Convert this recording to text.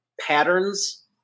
patterns